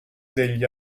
degli